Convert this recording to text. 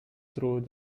through